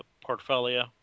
portfolio